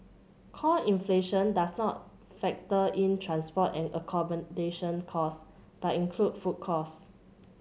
core inflation does not factor in transport and accommodation cost but includes food cost